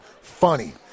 funny